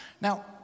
Now